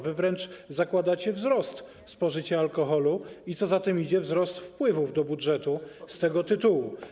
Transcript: Wręcz zakładacie wzrost spożycia alkoholu i, co za tym idzie, wzrost wpływów do budżetu z tego tytułu.